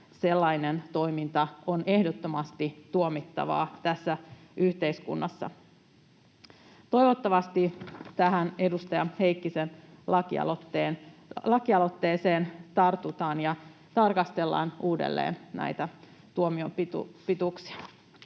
sellainen toiminta on ehdottomasti tuomittavaa tässä yhteiskunnassa. Toivottavasti tähän edustaja Heikkisen lakialoitteeseen tartutaan ja tarkastellaan uudelleen näitä tuomioiden pituuksia.